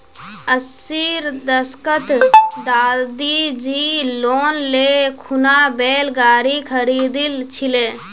अस्सीर दशकत दादीजी लोन ले खूना बैल गाड़ी खरीदिल छिले